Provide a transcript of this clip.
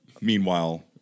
meanwhile